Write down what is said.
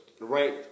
right